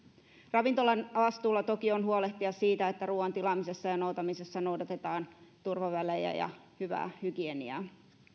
ravintolan vastuulla toki on huolehtia siitä että ruuan tilaamisessa ja noutamisessa noudatetaan turvavälejä ja hyvää hygieniaa